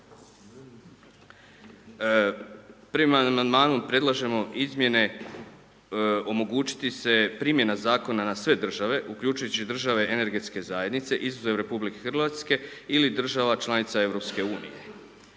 Prvim amandmanom predlažemo izmijene, omogućiti se primjena Zakona na sve države uključujući i države energetske zajednice izuzev Republike Hrvatske, ili država članica